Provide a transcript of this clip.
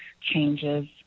changes